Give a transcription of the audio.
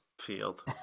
field